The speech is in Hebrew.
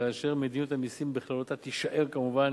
ומדיניות המסים בכללותה תישאר כמובן